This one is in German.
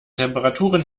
temperaturen